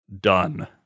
done